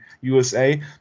USA